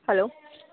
hello